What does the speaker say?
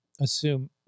assume